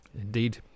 Indeed